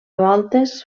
voltes